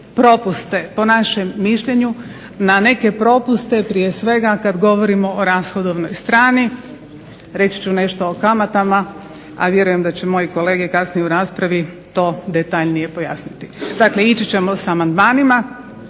propuste po našem mišljenju, na neke propuste prije svega kada govorimo o rashodovnoj strani, reći ću nešto o kamatama, a vjerujem da će moji kolege kasnije u raspravi to detaljnije pojasniti. Dakle, ići ćemo s amandmanima